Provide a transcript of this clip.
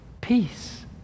peace